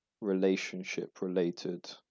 relationship-related